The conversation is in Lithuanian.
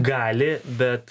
gali bet